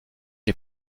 est